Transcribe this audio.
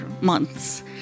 months